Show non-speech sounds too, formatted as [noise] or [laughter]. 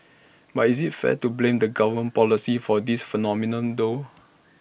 [noise] but is IT fair to blame the government's policy for this phenomenon though